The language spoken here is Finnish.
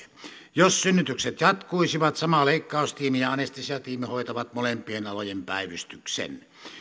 jos synnytykset jatkuisivat sama leikkaustiimi ja anestesiatiimi hoitavat molempien alojen päivystyksen